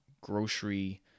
grocery